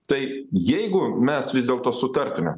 tai jeigu mes vis dėlto sutartume